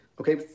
okay